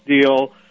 deal